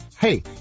Hey